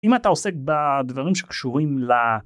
אם אתה עוסק בדברים שקשורים ל...